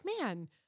man